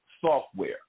software